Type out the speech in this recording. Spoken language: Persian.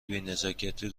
بینزاکتی